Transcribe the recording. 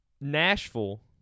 Nashville